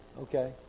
Okay